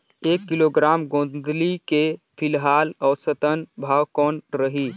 एक किलोग्राम गोंदली के फिलहाल औसतन भाव कौन रही?